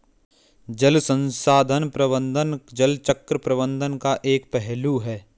जल संसाधन प्रबंधन जल चक्र प्रबंधन का एक पहलू है